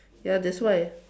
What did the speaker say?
ya that's why